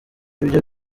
ibyo